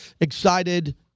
excited